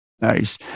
Nice